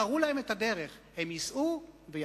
תראו להם את הדרך, הם ייסעו ויחנו.